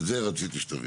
אז את זה רציתי שתבהיר.